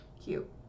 Cute